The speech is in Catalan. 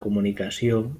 comunicació